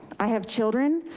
i have children,